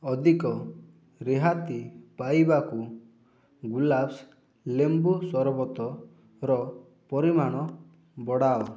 ଅଧିକ ରିହାତି ପାଇବାକୁ ଗୁଲାବ୍ସ ଲେମ୍ବୁ ସରବତର ପରିମାଣ ବଡ଼ାଅ